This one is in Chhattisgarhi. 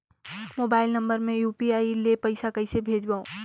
मोबाइल नम्बर मे यू.पी.आई ले पइसा कइसे भेजवं?